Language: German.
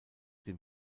dem